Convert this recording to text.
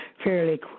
fairly